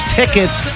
tickets